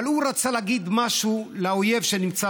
אבל הוא רצה להגיד משהו לאויב שנמצא